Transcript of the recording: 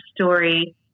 story